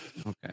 Okay